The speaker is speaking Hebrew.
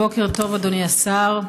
בוקר טוב, אדוני השר.